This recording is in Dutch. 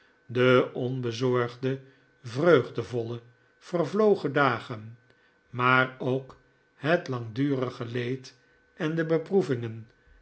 de onbezorgde vreugdevolle vervlogen dagen maar ook het langdurige leed en de beproevingen